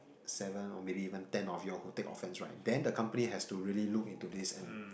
seven or maybe even ten of you all who take offence right then the company has to really look into this and